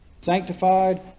sanctified